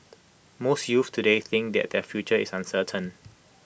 most youths today think that their future is uncertain